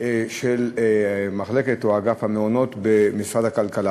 של מחלקת או אגף המעונות במשרד הכלכלה.